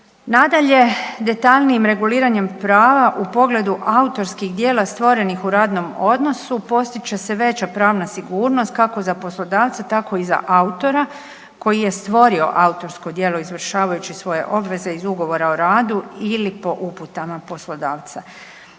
Nadalje, detaljnijim reguliranjem prava u pogledu autorskih djela stvorenih u radnom odnosu postit će se veća pravna sigurnost kako za poslodavce tako i za autora koji je stvorio autorsko djelo izvršavajući svoje obveze iz ugovora o radu ili po uputama poslodavca.